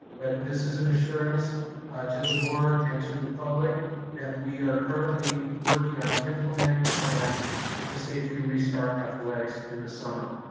but this is an assurance to the board and to the public that we are currently working on implementing a plan to safely restart athletics in the summer.